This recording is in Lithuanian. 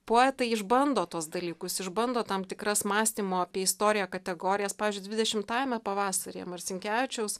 poetai išbando tuos dalykus išbando tam tikras mąstymo apie istoriją kategorijas pavyzdžiui dvidešimtajame pavasaryje marcinkevičiaus